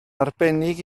arbennig